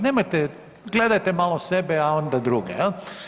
Nemojte gledajte malo sebe, a onda druge jel.